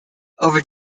over